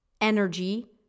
energy